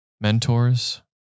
mentors